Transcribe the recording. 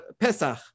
Pesach